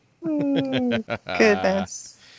Goodness